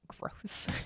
gross